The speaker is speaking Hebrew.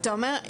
אתה אומר,